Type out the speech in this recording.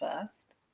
first